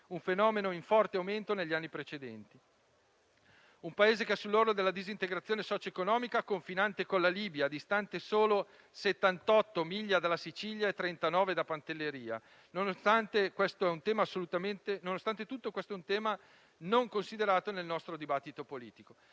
un fenomeno in forte aumento negli anni precedenti. Si tratta di un Paese che è sull'orlo della disintegrazione socio-economica, confinante con la Libia, distante solo 78 miglia della Sicilia e 39 miglia da Pantelleria. Nonostante tutto, questo è un tema non considerato nel nostro dibattito politico.